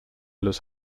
los